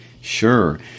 Sure